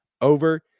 over